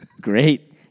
Great